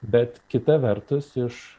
bet kita vertus iš